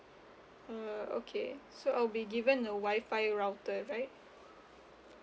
uh okay so I will be given a Wi-Fi router right